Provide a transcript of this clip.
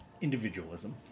individualism